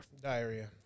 Diarrhea